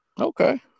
okay